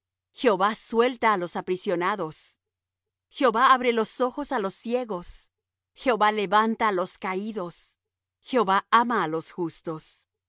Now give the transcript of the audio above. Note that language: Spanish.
jehová suelta á los aprisionados jehová abre los ojos á los ciegos jehová levanta á los caídos jehová ama á los justos